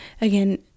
again